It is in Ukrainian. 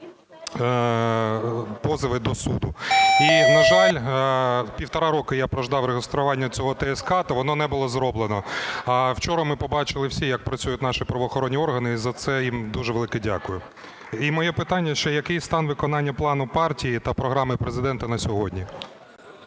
позови до суду. І, на жаль, півтора року я прождав реєстрування цього ТСК та воно не було зроблено. А вчора ми побачили всі, як працюють наші правоохоронні органи, і за це їм дуже велике дякую. І моє питання ще, який стан виконання плану партії та програми Президента на сьогодні?